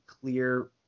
clear –